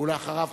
אחריו,